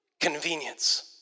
convenience